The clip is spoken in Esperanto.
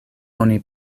oni